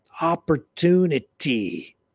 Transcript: Opportunity